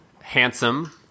handsome